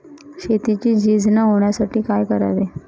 शेतीची झीज न होण्यासाठी काय करावे?